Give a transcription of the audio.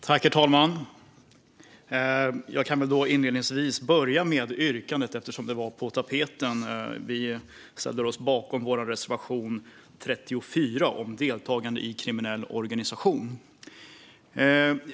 Herr talman! Jag börjar med yrkandet, eftersom det var på tapeten. Jag yrkar bifall till vår reservation nr 34 om deltagande i kriminell organisation.